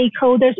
stakeholders